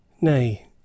nay